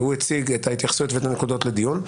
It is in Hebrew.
הוא הציג את ההתייחסות ואת הנקודות לדיון.